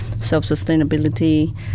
self-sustainability